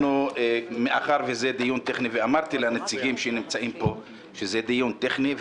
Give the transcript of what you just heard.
מאחר וזה דיון טכני ואמרתי לנציגים שנמצאים פה שזה דיון טכני.